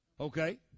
Okay